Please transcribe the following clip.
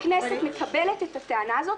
אם הכנסת מקבלת את הטענה הזאת,